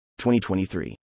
2023